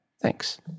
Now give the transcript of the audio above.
Thanks